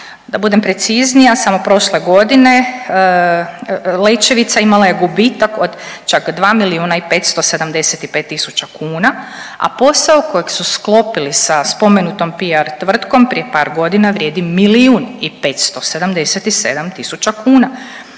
Da budem preciznija samo prošle godine Lećevica imala je gubitak od čak 2 milijuna i 575 tisuća kuna, a posao kojeg su sklopili sa spomenutom PR tvrtkom prije par godina vrijedi milijun i 577 tisuća kuna.